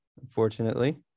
unfortunately